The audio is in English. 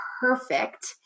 perfect